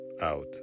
Out